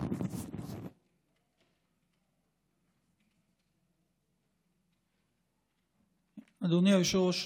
אדוני היושב-ראש,